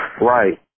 Right